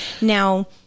Now